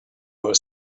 were